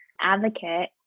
advocate